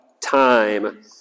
time